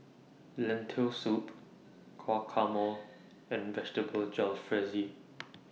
Lentil Soup Guacamole and Vegetable Jalfrezi